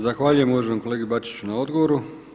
Zahvaljujem uvaženom kolegi Bačiću na odgovoru.